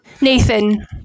nathan